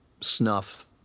snuff